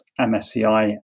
MSCI